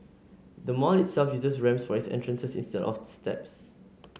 the mall itself uses ramps for its entrances instead of steps